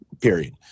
period